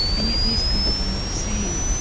and yet these people have seen